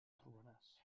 trobaràs